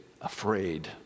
afraid